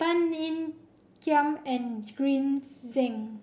Tan Ean Kiam and Green Zeng